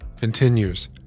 continues